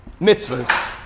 Mitzvahs